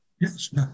Yes